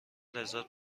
لذت